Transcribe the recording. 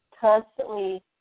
constantly